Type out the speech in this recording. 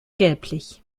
gelblich